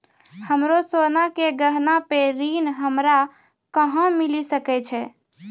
हमरो सोना के गहना पे ऋण हमरा कहां मिली सकै छै?